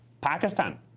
Pakistan